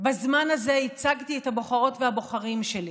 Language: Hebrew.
בזמן הזה, ייצגתי את הבוחרות והבוחרים שלי.